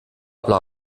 bla